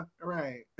right